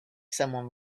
someone